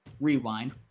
rewind